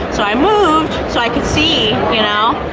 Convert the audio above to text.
so i move so i can see you know,